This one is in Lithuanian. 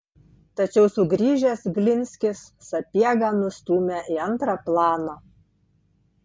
tačiau sugrįžęs glinskis sapiegą nustūmė į antrą planą